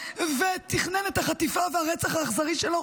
ותכנן את החטיפה והרצח האכזרי שלו,